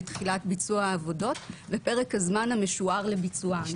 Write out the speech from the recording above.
לתחילת ביצוע העבודות בפרק הזמן המשוער לביצוען.